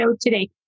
today